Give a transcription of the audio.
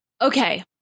Okay